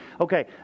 Okay